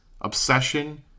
obsession